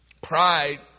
Pride